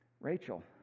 Rachel